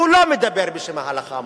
הוא לא מדבר בשם ההלכה המוסלמית,